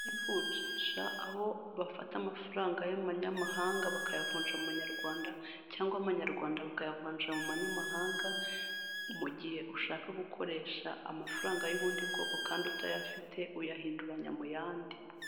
Imodoka nziza cyane y'umukara, ikaba ikodeshwa ariko ikaba ifite purake nziza cyane y'abaviyayipi. Bikaba bisobanuye yuko ishobora gutambuka isaha iyo ari yo yose kandi idahagaze.